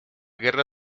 guerra